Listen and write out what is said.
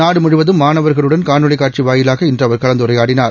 நாடு முழுவதும் மாணவர்களுடன் காணொலி காட்சி வாயிலாக இன்று அவர் கலந்துரையாடினார்